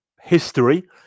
history